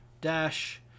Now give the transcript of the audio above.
dash